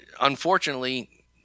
unfortunately